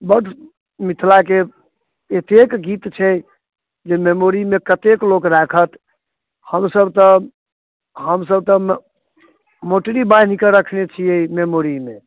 बड्ड मिथिलाके एतेक गीत छै जे मेमोरीमे कतेक लोक राखत हमसब तऽ हमसब तऽ म मोटरी बान्हिकऽ रखने छियै मेमोरीमे